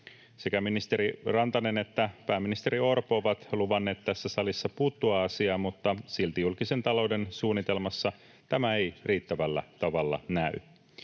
Sekä ministeri Rantanen että pääministeri Orpo ovat luvanneet tässä salissa puuttua asiaan, mutta silti julkisen talouden suunnitelmassa tämä ei riittävällä tavalla näy.